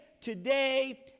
today